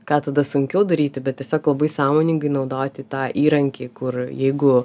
ką tada sunkiau daryti bet tiesiog labai sąmoningai naudoti tą įrankį kur jeigu